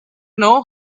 know